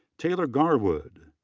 taylor garwood.